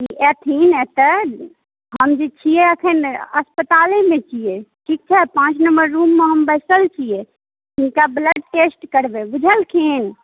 अइथिन एतऽ हम जे छिए एखन अस्पतालेमे छिए ठीक छै पाँच नम्बर रूममे हम बैसल छिए हिनका ब्लड टेस्ट करबै बुझलखिन